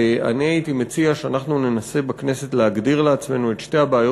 ואני הייתי מציע שאנחנו ננסה בכנסת להגדיר לעצמנו את שתי הבעיות